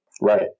Right